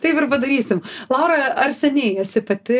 taip ir padarysim laura ar seniai esi pati